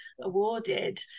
awarded